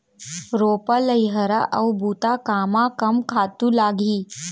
रोपा, लइहरा अऊ बुता कामा कम खातू लागही?